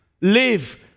live